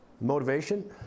Motivation